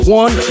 one